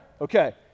Okay